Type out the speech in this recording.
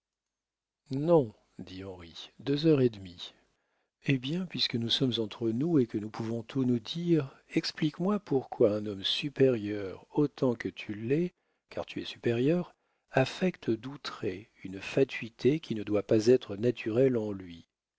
non dit henri deux heures et demie eh bien puisque nous sommes entre nous et que nous pouvons tout nous dire explique-moi pourquoi un homme supérieur autant que tu l'es car tu es supérieur affecte d'outrer une fatuité qui ne doit pas être naturelle en lui